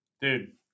Dude